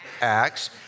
Acts